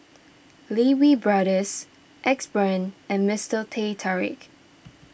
Lee Wee Brothers Axe Brand and Mister Teh Tarik